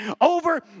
over